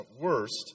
worst